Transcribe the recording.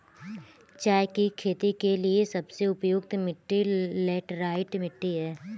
चाय की खेती के लिए सबसे उपयुक्त मिट्टी लैटराइट मिट्टी है